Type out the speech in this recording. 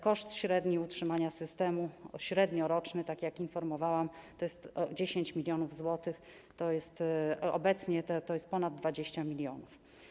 Koszt średni utrzymania systemu, średnioroczny, tak jak informowałam, to jest 10 mln zł, obecnie to jest ponad 20 mln.